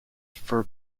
for